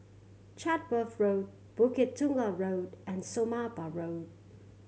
Chatsworth Road Bukit Tunggal Road and Somapah Road